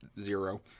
zero